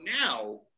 now